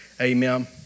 Amen